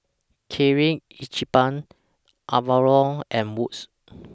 Kirin Ichiban Avalon and Wood's